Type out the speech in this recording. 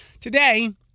today